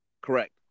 Correct